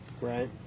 Right